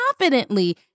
Confidently